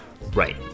Right